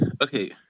Okay